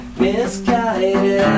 misguided